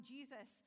Jesus